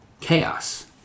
chaos